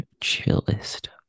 chillest